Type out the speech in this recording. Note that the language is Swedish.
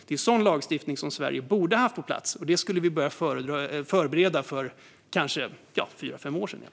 Det är sådan lagstiftning som Sverige borde ha haft på plats, och vi borde ha börjat förbereda för detta för kanske fyra fem år sedan.